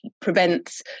prevents